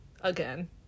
Again